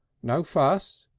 no fuss!